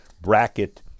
bracket